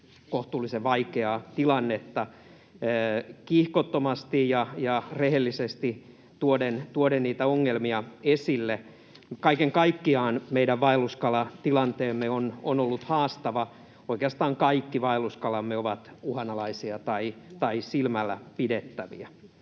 kohtuullisen vaikeaa tilannetta, kiihkottomasti ja rehellisesti tuoden niitä ongelmia esille. Kaiken kaikkiaan meidän vaelluskalatilanteemme on ollut haastava. Oikeastaan kaikki vaelluskalamme ovat uhanalaisia tai silmällä pidettäviä.